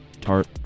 Tart